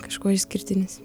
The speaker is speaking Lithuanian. kažkuo išskirtinis